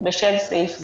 בשל סעיף זה.